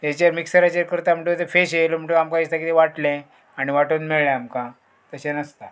हाचेर मिक्सराचेर करता म्हणटकूच फेश येयलो म्हणटकूच आमकां दिसता कितें वाटलें आनी वाटोन मेळ्ळें आमकां तशें नासता